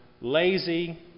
lazy